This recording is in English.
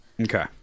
Okay